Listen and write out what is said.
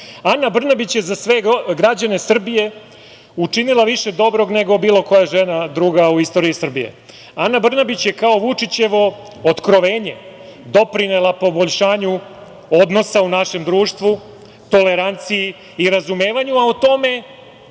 Brnabić je za sve građane Srbije učinila više dobrog nego bilo koja druga žena u istoriji Srbije. Ana Brnabić je kao Vučićevo otkrovenje doprinela poboljšanju odnosa u našem društvu, toleranciji i razumevanju, a o tome